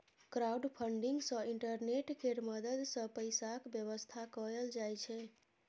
crowdfunding सँ internet केर मदद सँ पैसाक बेबस्था कएल जाइ छै